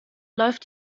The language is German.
läuft